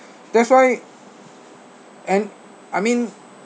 that's why an~ I mean